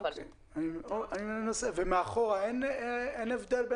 ומאחור אין הבדל?